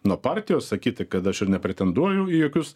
nuo partijos sakyti kad aš ir nepretenduoju į jokius